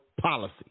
policy